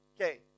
Okay